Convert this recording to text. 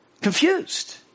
Confused